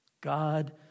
God